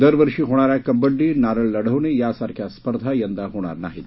दरवर्षी होणाऱ्या कबबड्डी नारळ लढवणे यासारख्या स्पर्धा यंदा होणार नाहीत